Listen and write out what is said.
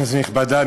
כנסת נכבדה,